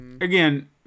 Again